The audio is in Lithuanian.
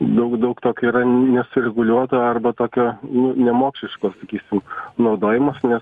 daug daug tokio yra nesureguliuoto arba tokio nemokšiško sakysim naudojimas nes